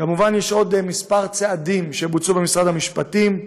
כמובן יש עוד כמה צעדים שבוצעו במשרד המשפטים,